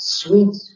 sweet